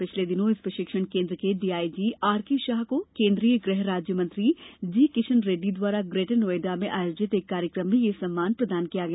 पिछले दिनों इस प्रशिक्षण केंद्र के डीआईजी आर के शाह को केंद्रीय गृह राज्य मंत्री जी किशन रेड्डी द्वारा ग्रेटर नोएडा में आयोजित एक कार्यक्रम में यह सम्मान प्रदान किया गया